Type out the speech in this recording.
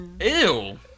Ew